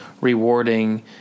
rewarding